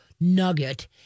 nugget